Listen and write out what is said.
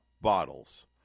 bottles